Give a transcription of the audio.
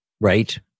Right